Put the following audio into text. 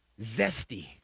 zesty